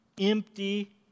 empty